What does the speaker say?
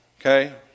Okay